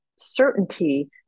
certainty